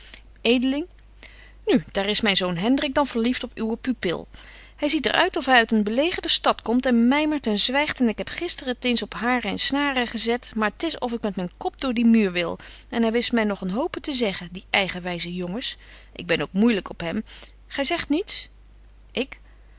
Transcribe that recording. nu daar is myn zoon hendrik dan verlieft op uwe pupil hy ziet er uit of hy uit een belegerde stad komt en mymert en zwygt en ik heb gister het eens op hairen en snaren gezet maar t is of ik met myn kop door dien muur wil en hy wist my nog een hope te zeggen die eigenwyze jongens ik ben ook moeilyk op hem gy zegt niets ik